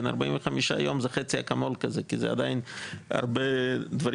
45 יום זה כמו חצי אקמול כזה,